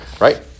Right